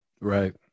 right